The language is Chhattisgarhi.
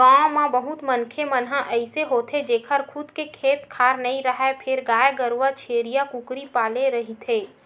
गाँव म बहुत मनखे मन अइसे होथे जेखर खुद के खेत खार नइ राहय फेर गाय गरूवा छेरीया, कुकरी पाले रहिथे